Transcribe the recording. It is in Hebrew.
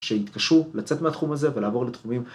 שיתקשו לצאת מהתחום הזה ולעבור לתחומים.